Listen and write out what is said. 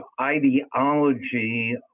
ideology